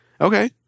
Okay